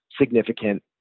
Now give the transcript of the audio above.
significant